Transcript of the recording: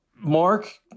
Mark